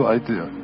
idea